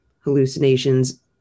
hallucinations